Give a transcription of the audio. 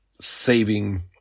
saving